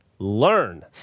Learn